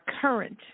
current